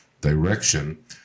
direction